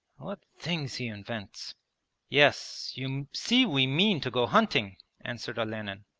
what things he invents yes, you see we mean to go hunting answered olenin.